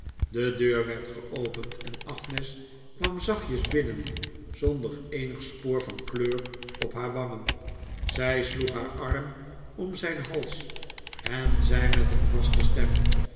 de deur werd geopend en agnes kwam zachtjes binnen zonder eenig spoor van kleur op haar wangen zij sloeg haar arm om zijn hals en zei met een vaste stem